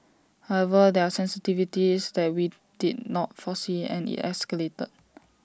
however there are sensitivities that we did not foresee and IT escalated